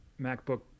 MacBook